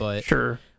Sure